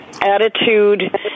attitude